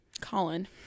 Colin